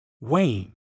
Wayne